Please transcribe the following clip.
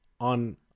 on